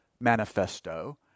manifesto